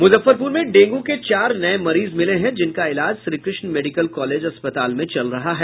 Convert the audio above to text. मुजफ्फरपुर में डेंगू के चार नये मरीज मिले हैं जिनका इलाज श्रीकृष्ण मेडिकल कॉलेज अस्पताल में चल रहा है